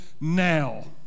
now